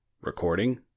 Recording